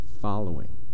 following